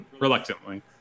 reluctantly